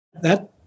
That-